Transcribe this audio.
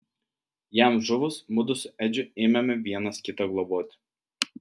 jam žuvus mudu su edžiu ėmėme vienas kitą globoti